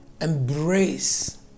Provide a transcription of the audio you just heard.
Embrace